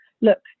look